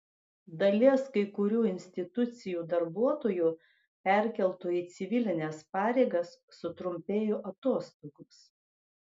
dalies kai kurių institucijų darbuotojų perkeltų į civilines pareigas sutrumpėjo atostogos